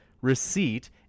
receipt